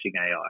AI